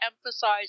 emphasize